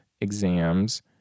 exams